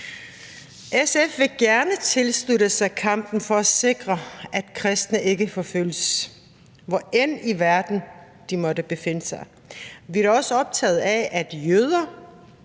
SF vil gerne tilslutte sig kampen for at sikre, at kristne ikke forfølges, hvorend i verden de måtte befinde sig. Vi er da også optaget af, at jøder,